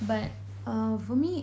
but err for me